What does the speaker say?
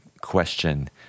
question